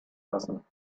lassen